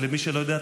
ולמי שלא יודע,